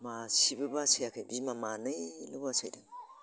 मासेबो बासायाखै बिमा मानैल'सै